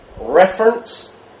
reference